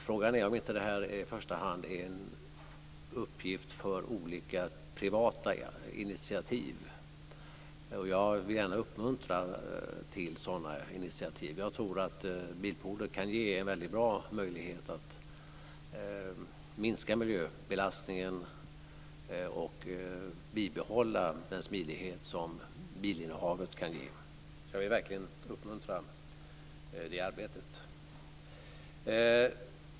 Frågan är om inte detta i första hand är en uppgift för olika privata initiativ. Jag vill gärna uppmuntra till sådana initiativ. Jag tror att bilpooler kan ge en väldigt bra möjlighet att minska miljöbelastningen och bibehålla den smidighet som bilinnehavet kan ge. Jag vill verkligen uppmuntra det arbetet.